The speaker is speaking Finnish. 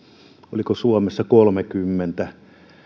oliko kolmekymmentä